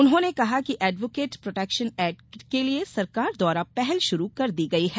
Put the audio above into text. उन्होंने कहा कि एडवोकेट प्रोटेक्शन एक्ट के लिए सरकार द्वारा पहल शुरू कर दी गई है